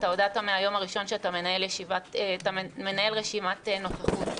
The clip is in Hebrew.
הודעת מהיום הראשון שאתה מנהל רשימת נוכחות,